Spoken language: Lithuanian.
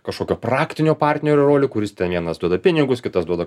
kažkokio praktinio partnerio rolė kuris ten vienas duoda pinigus kitas duoda